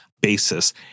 basis